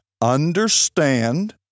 understand